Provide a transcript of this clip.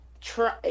try